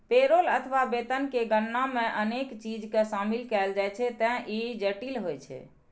payroll अथवा वेतन के गणना मे अनेक चीज कें शामिल कैल जाइ छैं, ते ई जटिल होइ छै